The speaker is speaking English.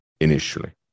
initially